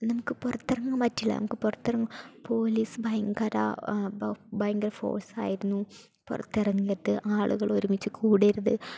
നമുക്ക് പുറത്തിറങ്ങാൻ പറ്റില്ല നമുക്ക് പുറത്തിറങ്ങാൻ പോലീസ് ഭയങ്കര ഭയങ്കര ഫോഴ്സായിരുന്നു പുറത്തിറങ്ങരുത് ആളുകളൊരുമിച്ച് കൂടരുത്